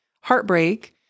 heartbreak